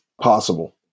possible